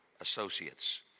Associates